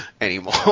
anymore